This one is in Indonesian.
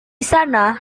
sana